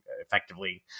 effectively